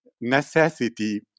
necessity